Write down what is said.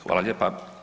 Hvala lijepa.